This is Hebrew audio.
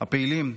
הפעילים הנחושים,